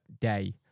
day